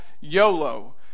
YOLO